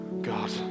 God